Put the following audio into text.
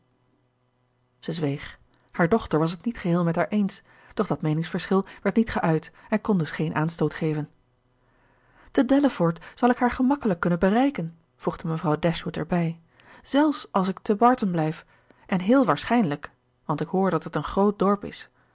zij zweeg haar dochter was het niet geheel met haar eens doch dat meeningsverschil werd niet geuit en kon dus geen aanstoot geven te delaford zal ik haar gemakkelijk kunnen bereiken voegde mevrouw dashwood erbij zelfs als ik te barton blijf en heel waarschijnlijk want ik hoor dat het een groot dorp is